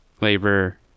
labor